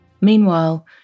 Meanwhile